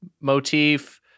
motif